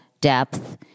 depth